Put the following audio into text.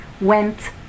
went